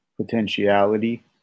potentiality